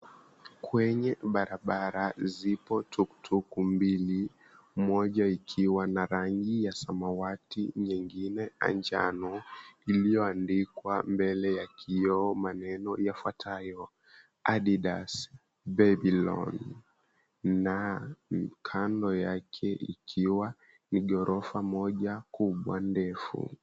Kwenye barabara zipo tukutuku mbili, moja ikiwa na rangi ya samawati, nyingine ya njano iliyoandikwa mbele ya kioo maneno yafuatayo, Adidas Babylon. Na kando yake ikiwa ni ghorofa moja kubwa ndefu.